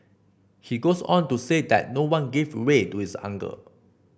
he goes on to say that no one gave way to his uncle